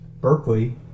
Berkeley